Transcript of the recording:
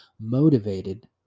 motivated